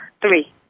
Three